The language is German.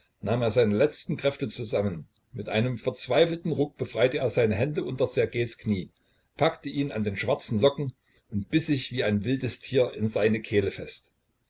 nahm er seine letzten kräfte zusammen mit einem verzweifelten ruck befreite er seine hände unter ssergejs knie packte ihn an den schwarzen locken und biß sich wie ein wildes tier in seine kehle fest